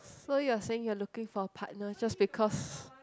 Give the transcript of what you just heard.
so you are saying you looking for a partner just because